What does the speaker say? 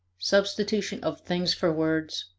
substitution of things for words,